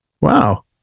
Wow